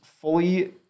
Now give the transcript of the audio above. fully